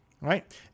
right